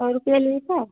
सौ रुपये लीटर